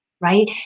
right